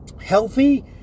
healthy